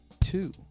two